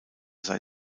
sei